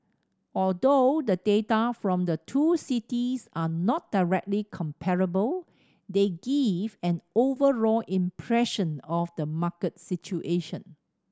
although the data from the two cities are not directly comparable they give an overall impression of the market situation